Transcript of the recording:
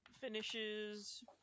finishes